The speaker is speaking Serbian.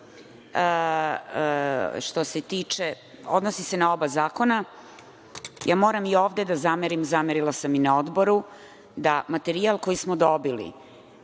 stvar odnosi se na oba zakona, moram i ovde da zamerim, zamerila sam i na Odboru, da materijal koji smo dobili